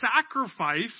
sacrifice